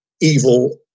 evil